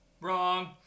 Wrong